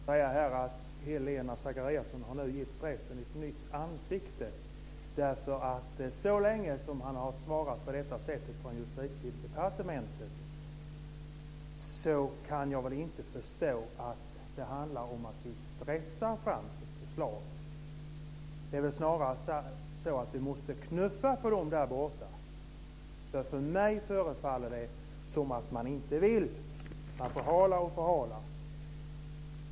Fru talman! Jag får väl lite skämtsamt säga att Helena Zakariasén nu har gett stressen ett nytt ansikte. Justitiedepartementet har svarat på det här sättet länge. Jag kan inte tycka att det handlar om att vi stressar fram ett förslag. Det är väl snarare så att vi måste knuffa på dem där borta. För mig förefaller det vara så att man inte vill. Man förhalar och förhalar.